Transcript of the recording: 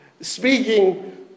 speaking